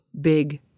big